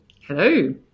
Hello